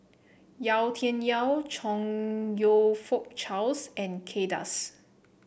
Yau Tian Yau Chong You Fook Charles and Kay Das